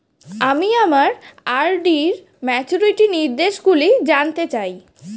আমি আমার আর.ডি র ম্যাচুরিটি নির্দেশগুলি জানতে চাই